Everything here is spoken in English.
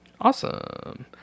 Awesome